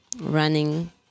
running